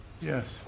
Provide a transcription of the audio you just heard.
yes